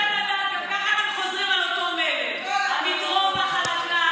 גם ככה אתם חוזרים על אותו מלל: המדרון החלקלק,